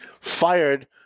fired